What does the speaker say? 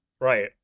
Right